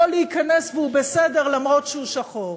יכול להיכנס והוא בסדר אף שהוא שחור?